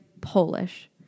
Polish